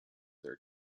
their